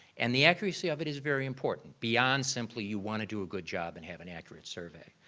and the accuracy of it is very important, beyond simply you want to do a good job and have an accurate survey.